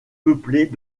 peuplées